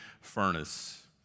furnace